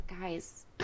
guys